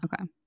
Okay